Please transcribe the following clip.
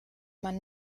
man